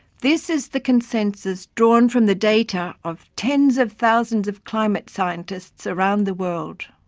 this is the consensus drawn from the data of tens of thousands of climate scientists around the world.